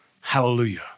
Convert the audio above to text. Hallelujah